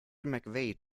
mcveigh